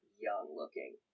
young-looking